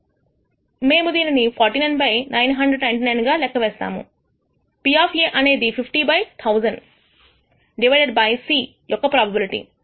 మేము దీనిని 49 బై 999 గా లెక్క వేసాముP అనేది 50 by 1000 డివైడెడ్ బై C యొక్క ప్రోబబిలిటీ ఇది 50 బై 1000